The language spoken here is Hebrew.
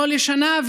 לא לשנה,